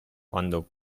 quando